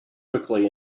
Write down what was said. quickly